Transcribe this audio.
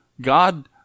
God